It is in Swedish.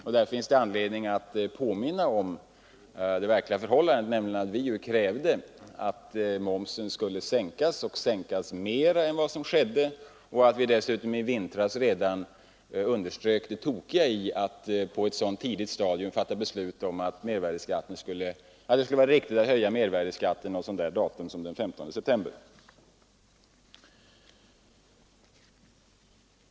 Det finns då anledning påminna om det verkliga förhållandet, nämligen att vi krävde att momsen skulle sänkas mer än vad som skedde och dessutom redan i vintras underströk det tokiga i att redan då besluta att höja mervärdeskatten den 15 september.